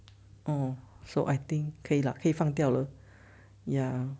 oh so I think 可以啦可以放掉了 ya